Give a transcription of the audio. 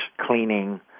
cleaning